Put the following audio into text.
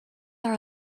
are